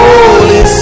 Holy